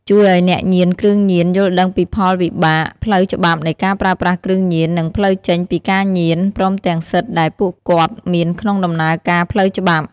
ជួយឲ្យអ្នកញៀនគ្រឿងញៀនយល់ដឹងពីផលវិបាកផ្លូវច្បាប់នៃការប្រើប្រាស់គ្រឿងញៀន និងផ្លូវចេញពីការញៀន ព្រមទាំងសិទ្ធិដែលពួកគាត់មានក្នុងដំណើរការផ្លូវច្បាប់។